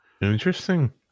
Interesting